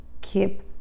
Keep